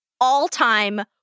all-time